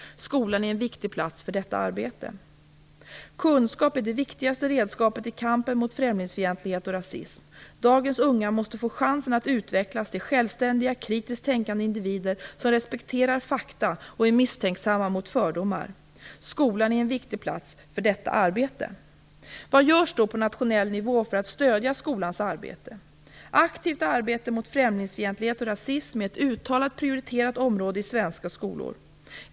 Skolan är en viktig plats för detta arbete. Kunskap är det viktigaste redskapet i kampen mot främlingsfientlighet och rasism. Dagens unga måste få chansen att utvecklas till självständiga, kritiskt tänkande individer som respekterar fakta och är misstänksamma mot fördomar. Skolan är en viktig plats för detta arbete. Vad görs då på nationell nivå för att stödja skolans arbete? Aktivt arbete mot främlingsfientlighet och rasism är ett uttalat prioriterat område i svenska skolor.